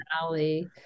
Valley